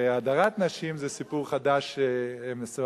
והדָרת נשים זה סיפור חדש עכשיו.